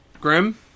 Grim